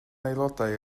aelodau